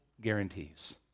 guarantees